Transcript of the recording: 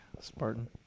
Spartan